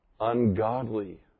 ungodly